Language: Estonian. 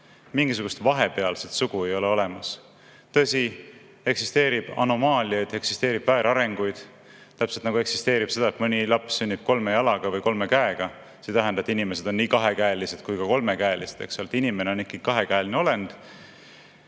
mingisugust vahepealset sugu ei ole olemas. Tõsi, eksisteerib anomaaliaid, eksisteerib väärarenguid, täpselt nagu eksisteerib seda, et mõni laps sünnib kolme jalaga või kolme käega. See ei tähenda, et inimesed on nii kahekäelised kui ka kolmekäelised, eks. Inimene on ikka kahekäeline olend,